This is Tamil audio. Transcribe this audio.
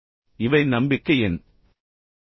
இப்போது இவை நம்பிக்கையின் நிலைகள்